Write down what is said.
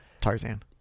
Tarzan